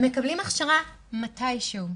הם מקבלים הכשרה מתישהו.